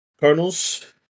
Cardinals